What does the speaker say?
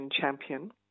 champion